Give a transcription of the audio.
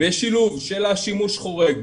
בשילוב של השימוש החורג,